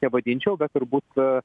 nevadinčiau bet turbūt